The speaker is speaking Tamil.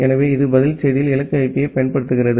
எனவே இது பதில் செய்தியில் இலக்கு ஐபியைப் பயன்படுத்துகிறது